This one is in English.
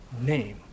name